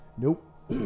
Nope